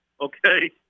okay